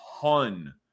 ton